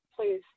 Please